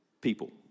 people